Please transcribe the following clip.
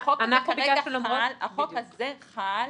החוק הזה חל,